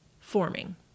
forming